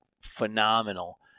phenomenal